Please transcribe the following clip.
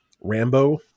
Rambo